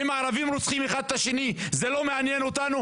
האם הערבים רוצחים אחד את השני אז זה לא מעניין אותנו?